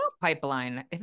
Pipeline